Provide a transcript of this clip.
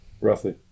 roughly